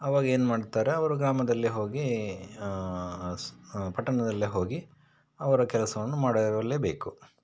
ಅವಾಗೇನು ಮಾಡ್ತಾರೆ ಅವ್ರು ಗ್ರಾಮದಲ್ಲಿ ಹೋಗಿ ಸ್ ಪಟ್ಟಣದಲ್ಲಿ ಹೋಗಿ ಅವರ ಕೆಲಸವನ್ನು ಮಾಡಲೇಬೇಕು